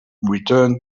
return